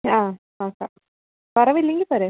ആം ഒക്കെ കുറവില്ലെങ്കിൽ പറയാം